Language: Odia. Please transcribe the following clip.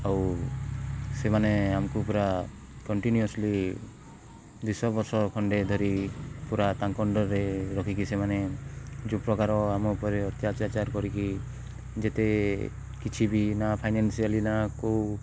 ଆଉ ସେମାନେ ଆମକୁ ପୁରା କଣ୍ଟିନିୟସଲି ଦୁଇଶହ ବର୍ଷ ଖଣ୍ଡେ ଧରି ପୁରା ତାଙ୍କ ଅଣ୍ଡର୍ରେ ରଖିକି ସେମାନେ ଯେଉଁ ପ୍ରକାର ଆମ ଉପରେ ଅତ୍ୟାଚାର କରିକି ଯେତେ କିଛି ବି ନା ଫାଇନାନ୍ସିଆଲି ନା କେଉଁ